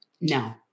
No